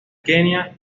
kenia